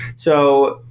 so,